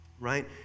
Right